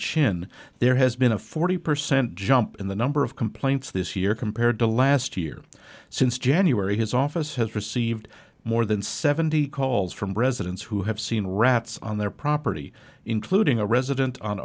chin there has been a forty percent jump in the number of complaints this year compared to last year since january his office has received more than seventy calls from residents who have seen rats on their property including a resident on